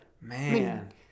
Man